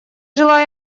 желаю